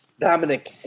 Dominic